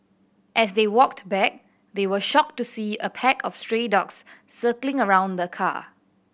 as they walked back they were shocked to see a pack of stray dogs circling around the car